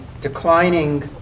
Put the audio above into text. declining